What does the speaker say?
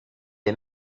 est